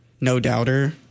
no-doubter